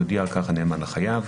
יודיע על כך הנאמן לחייב.